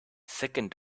second